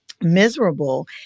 miserable